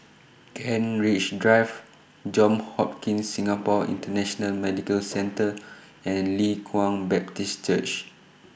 Kent Ridge Drive Johns Hopkins Singapore International Medical Centre and Leng Kwang Baptist Church